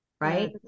right